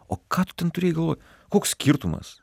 o ką tu ten turėjai galvoj koks skirtumas